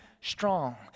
strong